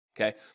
Okay